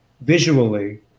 visually